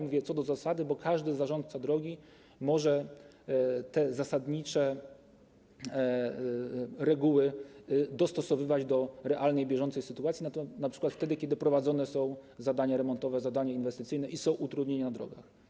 Mówię: co do zasady, bo każdy zarządca drogi może te zasadnicze reguły dostosowywać do realnej, bieżącej sytuacji, np. wtedy, kiedy prowadzone są zadania remontowe, zadania inwestycyjne i są utrudnienia na drogach.